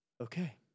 Okay